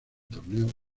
torneo